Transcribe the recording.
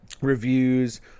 reviews